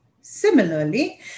Similarly